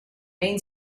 main